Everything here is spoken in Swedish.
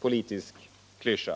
Teckning av aktier i